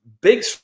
big